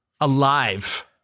alive